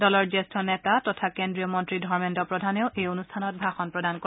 দলৰ জ্যেষ্ঠ নেতা তথা কেন্দ্ৰীয় মন্ত্ৰী ধৰ্মেন্দ্ৰ প্ৰধানেও এই অনুষ্ঠানত ভাষণ প্ৰদান কৰে